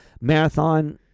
marathon